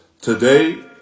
Today